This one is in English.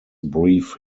brief